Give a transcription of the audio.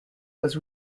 was